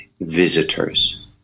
visitors